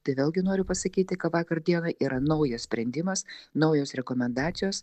tai vėlgi noriu pasakyti ką vakar dienai yra naujas sprendimas naujos rekomendacijos